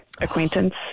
acquaintance